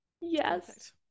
yes